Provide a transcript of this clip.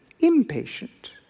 impatient